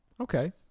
okay